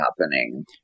happening